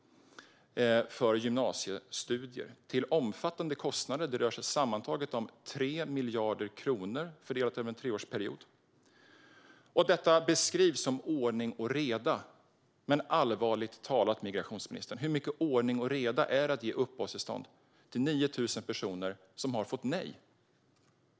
Det rör sig om sammantaget 3 miljarder kronor fördelade över en treårsperiod. Detta beskrivs som ordning och reda. Men allvarligt talat, migrationsministern, hur mycket ordning och reda är det att ge uppehållstillstånd till 9 000 personer som har fått nej?